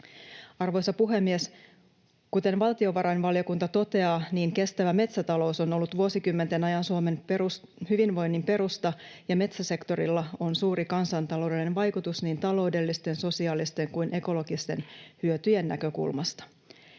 Arvoisa puhemies! Kuten valtiovarainvaliokunta toteaa, kestävä metsätalous on ollut vuosikymmenten ajan Suomen hyvinvoinnin perusta ja metsäsektorilla on suuri kansantaloudellinen vaikutus niin taloudellisten, sosiaalisten kuin ekologisten hyötyjen näkökulmasta.